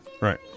Right